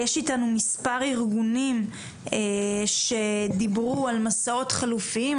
יש איתנו מספר ארגונים שדיברו על מסעות חלופיים.